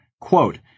quote